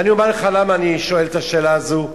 ואני אומר לך למה אני שואל את השאלה הזו: